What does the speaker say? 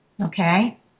Okay